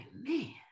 man